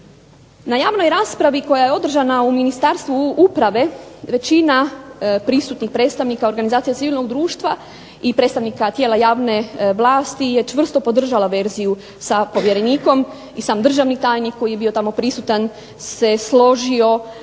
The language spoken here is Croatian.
Na javnoj rasprava koja je održana u Ministarstvu uprave, većina prisutnih predstavnika organizacije civilnog društva, i predstavnika tijela javne vlasti je čvrsto podržala verziju sa povjerenikom i sam državni tajnik koji je bio tamo prisutan se složio